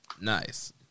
Nice